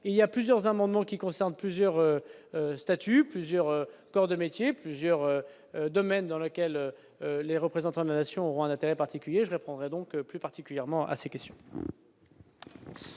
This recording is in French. il y a plusieurs amendements qui concerne plusieurs statues plusieurs corps de métiers plusieurs domaines, dans laquelle les représentants de la nation, ont un intérêt particulier, je répondrai donc plus particulièrement à ses caisses.